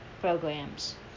programs